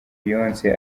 beyonce